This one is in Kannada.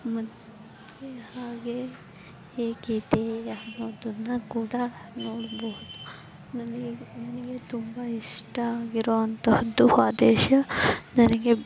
ಮತ್ತೆ ಹಾಗೆ ಹೇಗಿದೆ ಅನ್ನೋದನ್ನು ಕೂಡ ನೋಡಬಹುದು ನನಗೆ ನನಗೆ ತುಂಬ ಇಷ್ಟ ಆಗಿರುವಂತಹದ್ದು ಆ ದೇಶ ನನಗೆ